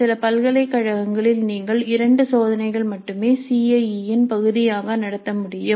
சில பல்கலைக்கழகங்களில் நீங்கள் இரண்டு சோதனைகள் மட்டுமே சி ஐ இ இன் பகுதியாக நடத்த முடியும்